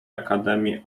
academy